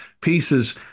pieces